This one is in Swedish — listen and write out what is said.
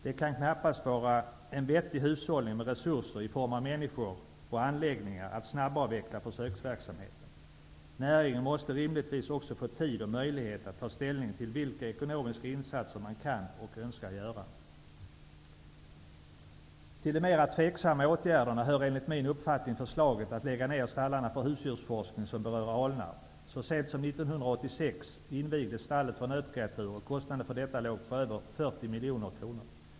Det kan knappast vara en vettig hushållning med resurser i form av människor och anläggningar att snabbavveckla försöksverksamheten. Näringen måste rimligtvis också få tid och möjlighet att ta ställning till vilka ekonomiska insatser man kan och önskar göra. Till de mera tvivelaktiga åtgärderna hör enligt min uppfattning förslaget att lägga ner stallarna för husdjursforskning som berör Alnarp. Så sent som 1986 invigdes stallet för nötkreatur, och kostnaden för detta låg på över 40 miljoner kronor.